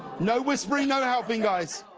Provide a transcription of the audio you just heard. no whispering, no helping, guys.